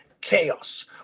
chaos